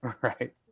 right